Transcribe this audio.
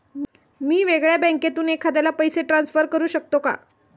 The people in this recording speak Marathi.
मी वेगळ्या बँकेतून एखाद्याला पैसे ट्रान्सफर करू शकतो का?